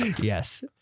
Yes